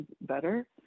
better